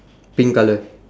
pink colour